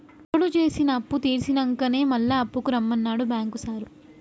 నిరుడు జేసిన అప్పుతీర్సినంకనే మళ్ల అప్పుకు రమ్మన్నడు బాంకు సారు